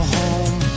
home